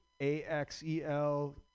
A-X-E-L